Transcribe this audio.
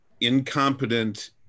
incompetent